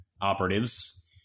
operatives